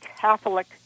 Catholic